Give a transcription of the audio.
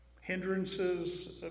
Hindrances